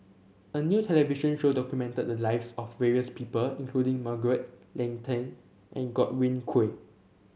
a new television show documented the lives of various people including Margaret Leng Tan and Godwin Koay